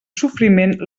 sofriment